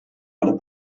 alle